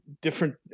different